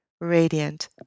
radiant